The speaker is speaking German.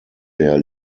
der